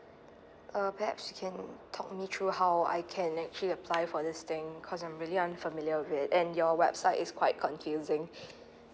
uh perhaps you can talk me through how I can actually apply for this thing cause I'm really unfamiliar with it and your website is quite confusing